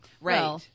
Right